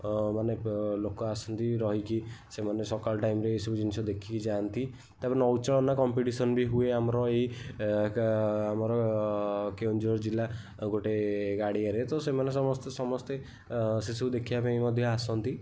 ମାନେ ଲୋକ ଆସନ୍ତି ରହିକି ସେମାନେ ସକାଳେ ଟାଇମ୍ରେ ଏ ସବୁ ଜିନିଷ ଦେଖିକି ଯାଆନ୍ତି ତାପରେ ନୌ ଚାଳନା କମ୍ପିଟିସନ୍ ବି ହୁଏ ଏଇ ଆମର କେନ୍ଦୁଝର ଜିଲ୍ଲା ଗୋଟିଏ ଗାଡ଼ିଆରେ ତ ସେମାନେ ସମସ୍ତେ ସମସ୍ତେ ସେ ସବୁ ଦେଖିବା ପାଇଁ ମଧ୍ୟ ଆସନ୍ତି